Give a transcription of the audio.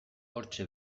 hortxe